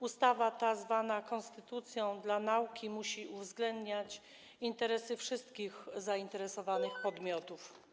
Ustawa ta, zwana konstytucją dla nauki, musi uwzględniać interesy wszystkich zainteresowanych podmiotów.